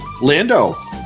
Lando